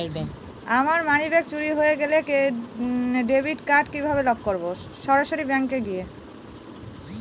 আমার মানিব্যাগ চুরি হয়ে গেলে ডেবিট কার্ড কিভাবে লক করব?